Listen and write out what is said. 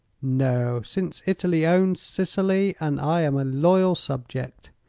no, since italy owns sicily, and i am a loyal subject.